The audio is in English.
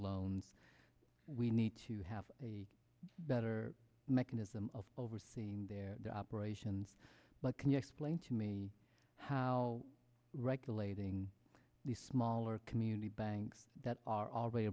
loans we need to have a better mechanism of overseeing their operations can you explain to me how regulating these smaller community banks that are already